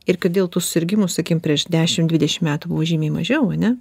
ir kodėl tų susirgimų sakykim prieš dešim dvidešim metų buvo žymiai mažiau ane